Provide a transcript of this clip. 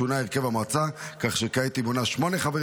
שונה הרכב המועצה כך שכעת היא מונה שמונה חברים